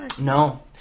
No